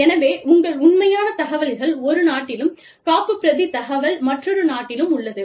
எனவே உங்கள் உண்மையான தகவல்கள் ஒரு நாட்டிலும் காப்புப்பிரதி தகவல் மற்றொரு நாட்டிலும் உள்ளது